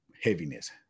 heaviness